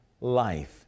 life